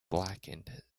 blackened